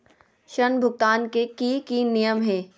ऋण भुगतान के की की नियम है?